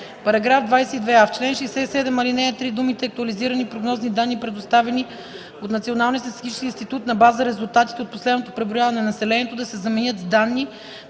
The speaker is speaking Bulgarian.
22а: „§ 22а. В чл. 67, ал. 3 думите „актуализирани прогнозни данни, предоставени от Националния статистически институт на база резултатите от последното преброяване на населението” да се заменят с „данни,